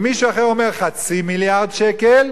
ומישהו אחר אומר חצי מיליארד שקל,